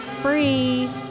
free